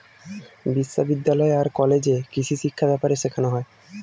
বিশ্ববিদ্যালয় আর কলেজে কৃষিশিক্ষা ব্যাপারে শেখানো হয়